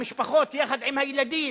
המשפחות יחד עם הילדים,